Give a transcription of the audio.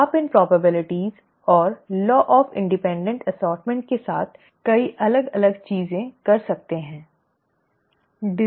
तो आप इन संभावनाओं और law of independent assortment के साथ कई अलग अलग चीजें कर सकते हैं